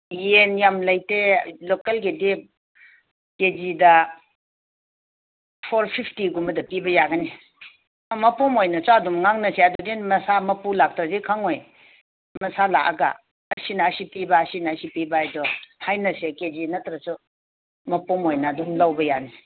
ꯌꯦꯟ ꯌꯥꯝ ꯂꯩꯇꯦ ꯂꯣꯀꯦꯜꯒꯤꯗꯤ ꯀꯦꯖꯤꯗ ꯐꯣꯔ ꯐꯤꯞꯇꯤꯒꯨꯝꯕꯗ ꯄꯤꯕ ꯌꯥꯒꯅꯤ ꯃꯄꯨꯝ ꯑꯣꯏꯅ ꯑꯗꯨꯝ ꯉꯥꯡꯅꯁꯦ ꯑꯗꯨꯅ ꯃꯁꯥ ꯃꯄꯨ ꯂꯥꯛꯇ꯭ꯔꯗꯤ ꯈꯪꯉꯣꯏ ꯃꯁꯥ ꯂꯥꯛꯑꯒ ꯑꯁꯤꯅ ꯑꯁꯤ ꯄꯤꯕ ꯑꯁꯤꯅ ꯑꯁꯤ ꯄꯤꯕ ꯍꯥꯏꯗꯣ ꯍꯥꯏꯅꯁꯦ ꯀꯦꯖꯤ ꯅꯠꯇ꯭ꯔꯁꯨ ꯃꯄꯨꯝ ꯑꯣꯏꯅ ꯑꯗꯨꯝ ꯂꯧꯕ ꯌꯥꯅꯤ